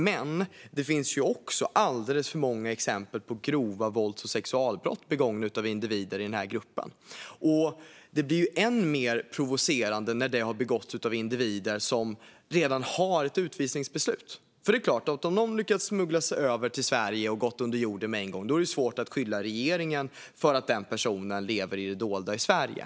Men det finns också alldeles för många exempel på grova vålds och sexualbrott begångna av individer i den här gruppen. Det blir än mer provocerande när brotten har begåtts av individer som redan har ett utvisningsbeslut. Om någon har lyckats smuggla in sig i Sverige och gått under jorden med en gång är det svårt att beskylla regeringen för att den personen lever i det dolda i Sverige.